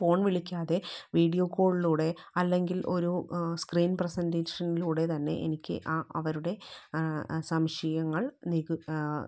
phone വിളിക്കാതെ video കോളിലൂടെ അല്ലെങ്കിൽ ഒരു സ്ക്രീൻ പ്രസൻ്റേഷനിലൂടെ തന്നെ എനിക്ക് അവരുടെ സംശയങ്ങൾ നിക്